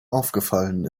aufgefallen